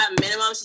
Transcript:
minimum